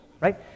right